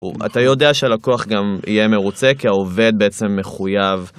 אתה יודע שהלקוח גם יהיה מרוצה כי העובד בעצם מחויב.